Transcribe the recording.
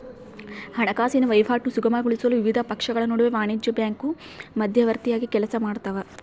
ಹಣಕಾಸಿನ ವಹಿವಾಟು ಸುಗಮಗೊಳಿಸಲು ವಿವಿಧ ಪಕ್ಷಗಳ ನಡುವೆ ವಾಣಿಜ್ಯ ಬ್ಯಾಂಕು ಮಧ್ಯವರ್ತಿಯಾಗಿ ಕೆಲಸಮಾಡ್ತವ